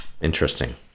Interesting